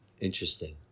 Interesting